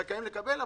זכאים לקבל.